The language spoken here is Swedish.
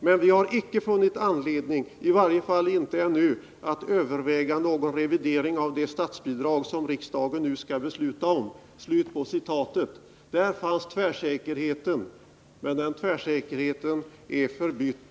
Men vi har icke funnit anledning, i varje fall inte ännu, att överväga någon revidering av det statsbidragssystem som riksdagen nu skall fatta beslut om.” Där fanns tvärsäkerheten, men den tvärsäkerheten är förbytt.